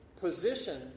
position